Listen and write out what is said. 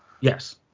Yes